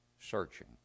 searching